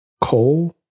coal